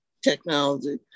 technology